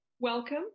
Welcome